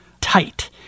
tight